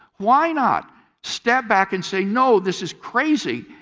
why not step back and say, no, this is crazy.